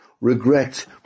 regret